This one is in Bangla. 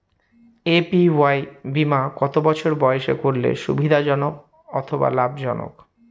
এ.পি.ওয়াই বীমা কত বছর বয়সে করলে সুবিধা জনক অথবা লাভজনক?